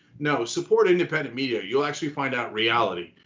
now, support independent media, you'll actually find out reality.